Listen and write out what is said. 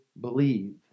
believe